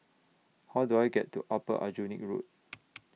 How Do I get to Upper Aljunied Road